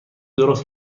درست